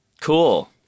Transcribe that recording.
Cool